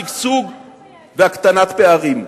שגשוג והקטנת הפערים.